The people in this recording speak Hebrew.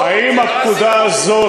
האם הפקודה הזאת,